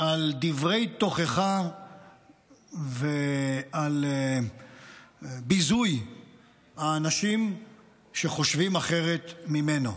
על דברי תוכחה ועל ביזוי האנשים שחושבים אחרת ממנו.